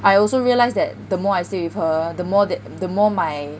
I also realised that the more I stay with her the more that the more my